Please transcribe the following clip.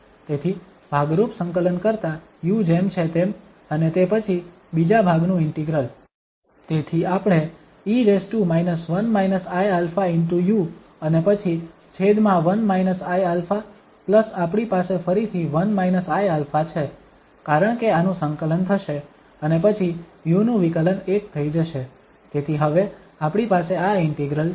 તેથી ભાગરૂપ સંકલન કરતા u જેમ છે તેમ અને તે પછી બીજા ભાગનું ઇન્ટિગ્રલ તેથી આપણે e 1 iαu અને પછી છેદમાં 1−iα પ્લસ આપણી પાસે ફરીથી 1-iα છે કારણ કે આનું સંકલન થશે અને પછી u નું વિકલન 1 થઈ જશે તેથી હવે આપણી પાસે આ ઇન્ટિગ્રલ છે